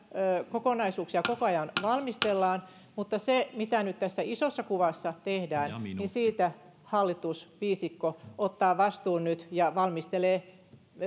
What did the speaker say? kokonaisuuksia koko ajan valmistellaan mutta siitä mitä nyt tässä isossa kuvassa tehdään hallitusviisikko ottaa vastuun nyt ja valmistelee